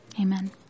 Amen